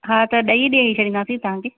हा त ॾई ॾेई छॾींदासीं तव्हांखे